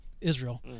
israel